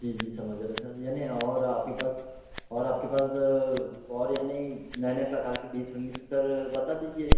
जी जी समझ रहे सर यानि और आपके पास और आपके पास और यानि नए नए प्रकार की डिस होएंगी तो सर बता दीजिए